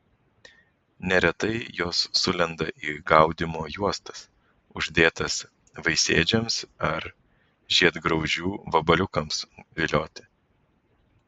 neretai jos sulenda į gaudymo juostas uždėtas vaisėdžiams ar žiedgraužių vabaliukams vilioti